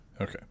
Okay